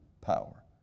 power